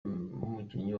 umukinnyi